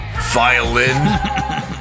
violin